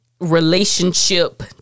relationship